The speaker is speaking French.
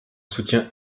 soutien